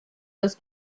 das